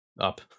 up